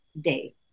day